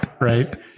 Right